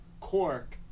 cork